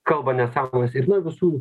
kalba nesąmones ir nuo visų